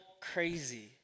crazy